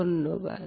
ধন্যবাদ